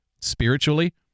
spiritually